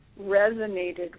resonated